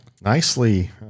Nicely